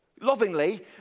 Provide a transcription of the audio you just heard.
lovingly